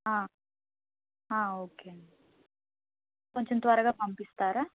okay అండి కొంచెం త్వరగా పంపిస్తారా